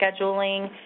scheduling